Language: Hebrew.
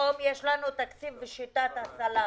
פתאום יש לנו תקציב בשיטת הסלאמי,